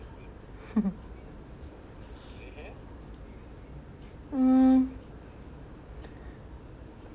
hmm